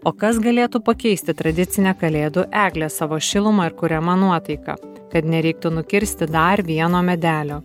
o kas galėtų pakeisti tradicinę kalėdų eglę savo šiluma ir kuriama nuotaika kad nereiktų nukirsti dar vieno medelio